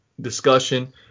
discussion